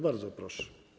Bardzo proszę.